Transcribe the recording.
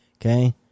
Okay